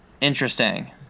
Interesting